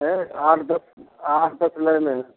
हैं आठ दस आठ दस नल हैं